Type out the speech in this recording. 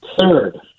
Third